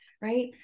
right